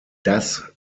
das